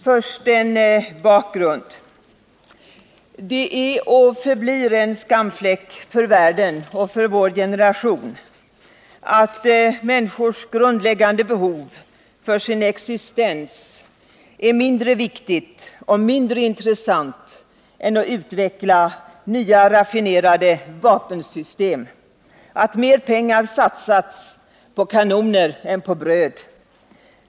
Först en bakgrund: Det är och förblir en skamfläck för världen och för vår generation att människors grundläggande behov för sin existens är mindre viktigt och mindre intressant än att utveckla nya raffinerade vapensystem, att mer pengar satsas på kanoner än på bröd.